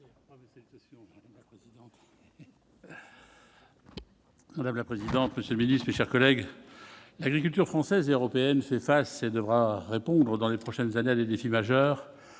Madame la présidente, monsieur le Ministre, mes chers collègues, l'agriculture française et européenne s'devra répondre dans les prochaines années, les défis majeurs